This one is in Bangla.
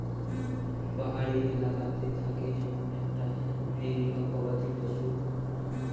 পাহাড়ি এলাকাতে থাকে এমন একটা নিরীহ গবাদি পশু